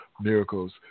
miracles